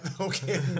okay